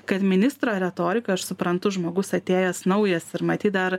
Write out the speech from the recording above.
kad ministro retorika aš suprantu žmogus atėjęs naujas ir matyt dar